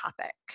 topic